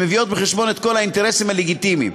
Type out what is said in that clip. שמביאות בחשבון את כל האינטרסים הלגיטימיים.